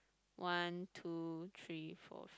one two three four